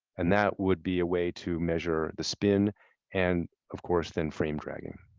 and that would be a way to measure the spin and of course then frame dragging.